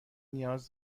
نیاز